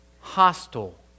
hostile